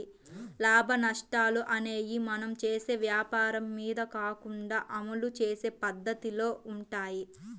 లాభనష్టాలు అనేయ్యి మనం చేసే వ్వాపారం మీద కాకుండా అమలు చేసే పద్దతిలో వుంటయ్యి